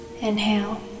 Inhale